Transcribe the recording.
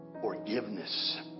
forgiveness